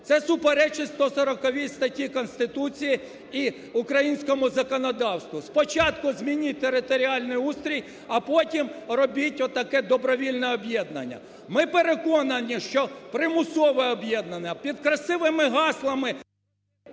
Це суперечить 140 статті Конституції і українському законодавству. Спочатку змініть територіальний устрій, а потім робіть от таке добровільне об'єднання. Ми переконані, що примусове об'єднання під красивими гаслами…